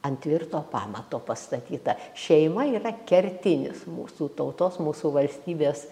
ant tvirto pamato pastatyta šeima yra kertinis mūsų tautos mūsų valstybės